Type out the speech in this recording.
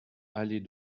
allée